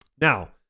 Now